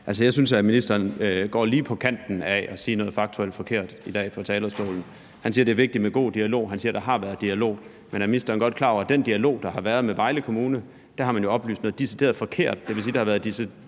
jeg synes, at ministeren går lige til kanten af at sige noget faktuelt forkert i dag fra talerstolen. Han siger, at det er vigtigt med god dialog; han siger, at der har været dialog. Men er ministeren godt klar over, at man i den dialog, der har været med Vejle Kommune, jo har oplyst noget decideret forkert?